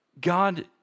God